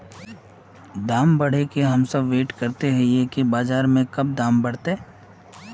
दाम बढ़े के हम सब वैट करे हिये की कब बाजार में दाम बढ़ते?